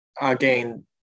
again